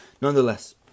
Nonetheless